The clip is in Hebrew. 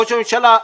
ראש הממשלה,